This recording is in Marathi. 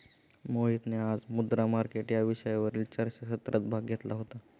मोहितने आज मुद्रा मार्केट या विषयावरील चर्चासत्रात भाग घेतला होता